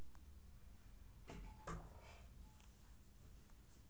भारतीय लेखा मानक आई.एफ.आर.एस के सिद्धांतक अनुसार विकसित कैल गेल रहै